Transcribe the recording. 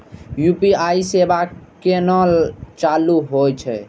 UPI सेवा केना चालू है छै?